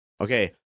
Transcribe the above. Okay